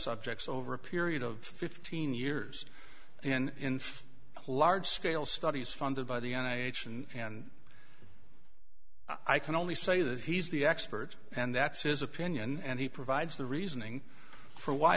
subjects over a period of fifteen years in large scale studies funded by the un i and i can only say that he's the expert and that's his opinion and he provides the reasoning for why